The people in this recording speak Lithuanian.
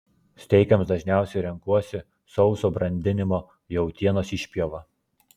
steikams dažniausiai renkuosi sauso brandinimo jautienos išpjovą